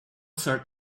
sort